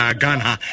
Ghana